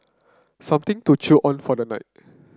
something to chew on for tonight